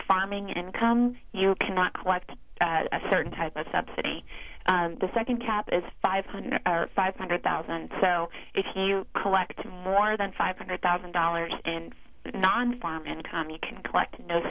farming income you cannot collect a certain type of subsidy the second cap is five hundred five hundred thousand so if you collect more than five hundred thousand dollars and non form income you can c